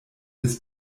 des